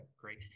great